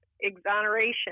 exoneration